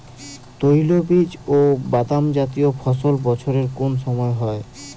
তৈলবীজ ও বাদামজাতীয় ফসল বছরের কোন সময় হয়?